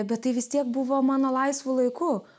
bet tai vis tiek buvo mano laisvu laiku